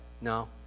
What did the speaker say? No